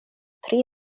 tri